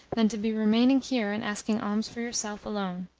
then to be remaining here and asking alms for yourself alone.